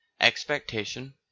expectation